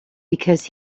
because